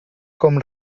com